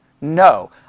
No